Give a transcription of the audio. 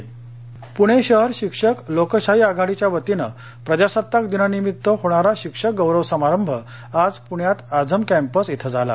प्रस्कार पुणे शहर शिक्षक लोकशाही आघाडीच्या वतीने प्रजासत्ताक दिनानिमित्त होणारा शिक्षक गौरव समारंभ आज पुण्यात आझम कॅम्पस इथे झाला